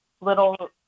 little